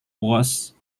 was